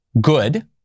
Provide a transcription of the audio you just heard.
good